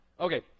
Okay